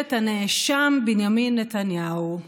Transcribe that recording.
בממשלת הנאשם בנימין נתניהו.